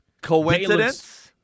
Coincidence